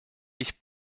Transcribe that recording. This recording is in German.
ich